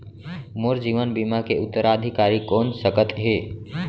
मोर जीवन बीमा के उत्तराधिकारी कोन सकत हे?